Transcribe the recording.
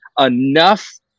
enough